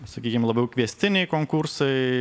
sakykim labiau kviestiniai konkursai